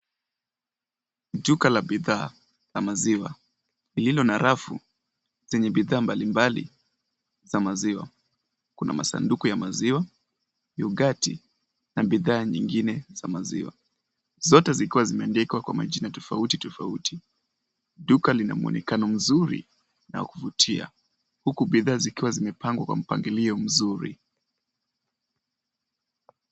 Duka la bidhaa la maziwa, lilo na rafu zenye bidhaa mbalimbali, za maziwa. Kuna masanduku ya maziwa, yogati, na bidhaa nyingine za maziwa. Zote ziko zimeandikwa kwa majina tofauti tofauti. Duka lina muonekano mzuri, na uvutia. Huku bidhaa zikiwa zimepangwa kwa mpangilio mzuri.